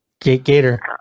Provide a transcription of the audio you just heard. Gator